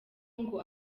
ngo